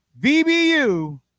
VBU